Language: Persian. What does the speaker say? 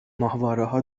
ماهوارهها